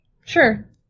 Sure